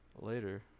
Later